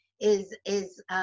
is—is